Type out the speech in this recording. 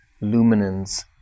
luminance